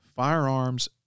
Firearms